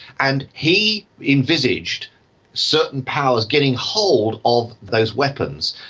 and he envisaged certain powers getting hold of those weapons.